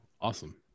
Awesome